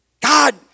God